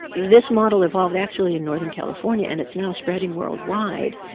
this model evolved actually in northern california and it's now spreading worldwide.